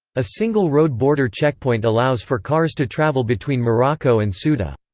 a single road border checkpoint allows for cars to travel between morocco and ceuta.